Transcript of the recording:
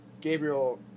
Gabriel